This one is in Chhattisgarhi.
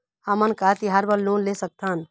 हमन का तिहार बर लोन ले सकथन?